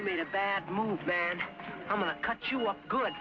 made a bad move man i'm not cut you off good